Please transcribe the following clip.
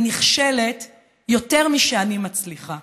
אני נכשלת יותר משאני מצליחה.